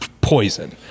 poison